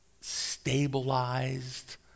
stabilized